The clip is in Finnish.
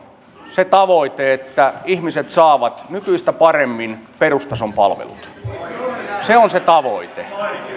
se tavoite että ihmiset saavat nykyistä paremmin perustason palvelut se on se tavoite